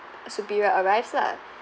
superior arrives lah